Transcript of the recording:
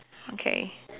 okay